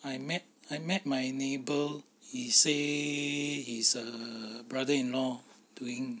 I met I met my neighbour he say his err brother-in-law doing